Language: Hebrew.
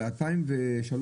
ב-2003,